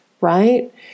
right